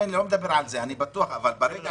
לדעתי זה פשיטא, אבל היו